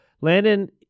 Landon